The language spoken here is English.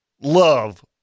love